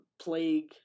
plague